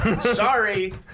Sorry